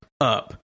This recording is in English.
up